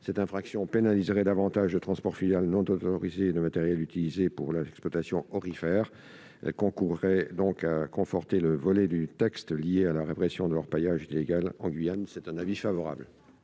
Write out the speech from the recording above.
Cette infraction pénaliserait davantage le transport fluvial non autorisé de matériel utilisé pour l'exploitation aurifère et concourrait à conforter le volet du texte lié à la répression de l'orpaillage illégal en Guyane. La commission émet